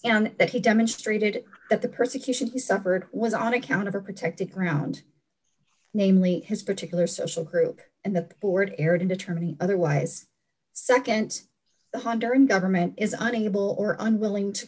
and that he demonstrated that the persecution he suffered was on account of a protected ground namely his particular social group and the board erred in determining otherwise nd the honduran government is unable or unwilling to